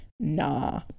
nah